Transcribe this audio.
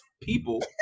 people